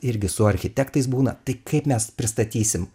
irgi su architektais būna tai kaip mes pristatysim